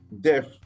death